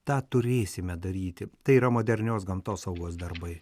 tą turėsime daryti tai yra modernios gamtosaugos darbai